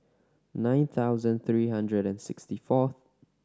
nine thousand three hundred and sixty fourth